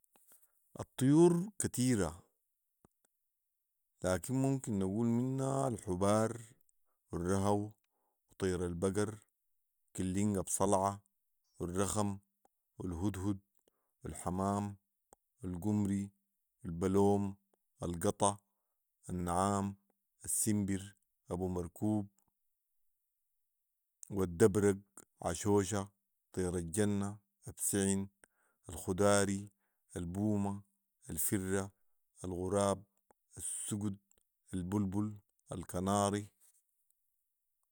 الطيور كتيره لكن ممكن نقول منها الحبار و الرهو و طير البقر و كلينق ابوصلعه والرخم والهدهد والحمام والقمري ،البلوم، القطا، النعام، السمبر، ابومركوب ،ودابرق ،عشوشه، طيرالجنه ،ابسعن ،الخداري ،البومه ،الفره ،الغراب ،السقد ،البلبل ،الكناري